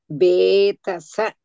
betasa